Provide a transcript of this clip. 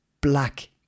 black